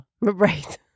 Right